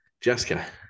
Jessica